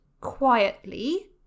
quietly